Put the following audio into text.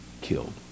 killed